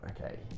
okay